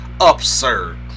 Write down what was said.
absurd